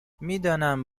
میدانم